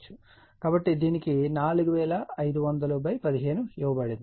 కాబట్టి దీనికి 450015 ఇవ్వబడుతుంది